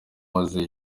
maze